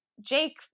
jake